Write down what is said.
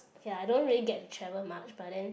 ya I don't really get to travel much but then